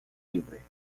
livre